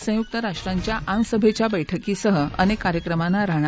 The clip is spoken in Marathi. संयुक राष्ट्रांच्या आमसभेच्या बक्रिकीसह अनेक कार्यक्रमांना राहणार